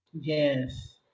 Yes